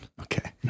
Okay